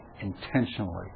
intentionally